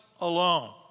alone